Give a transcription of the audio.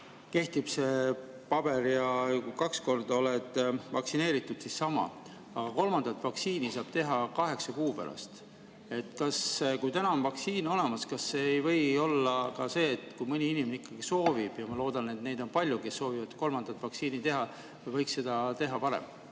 kehtib see paber. Ja kui kaks korda oled vaktsineeritud, siis samamoodi. Aga kolmandat vaktsiini saab teha kaheksa kuu pärast. Kui täna on vaktsiin olemas, kas ei või olla nii, et kui mõni inimene soovib, ja ma loodan, et neid on palju, kes soovivad kolmandat vaktsiini teha, siis võiks seda teha varem?